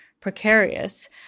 precarious